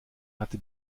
hatte